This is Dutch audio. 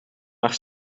haar